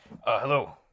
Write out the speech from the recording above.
hello